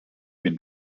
been